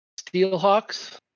Steelhawks